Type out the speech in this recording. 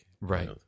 Right